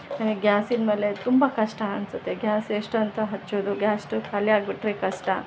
ನನಗ್ ಗ್ಯಾಸಿನ ಮೇಲೆ ತುಂಬ ಕಷ್ಟ ಅನ್ಸುತ್ತೆ ಗ್ಯಾಸ್ ಎಷ್ಟಂತ ಹಚ್ಚೂದು ಗ್ಯಾಸ್ ಸ್ಟವ್ ಖಾಲಿ ಆಗಿಬಿಟ್ರೆ ಕಷ್ಟ